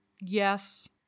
yes